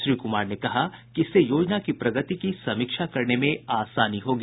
श्री कुमार ने कहा कि इससे योजना की प्रगति की समीक्षा करने में आसानी होगी